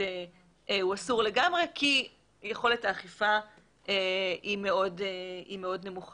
הוא אסור לגמרי כי יכולת האכיפה היא מאוד נמוכה.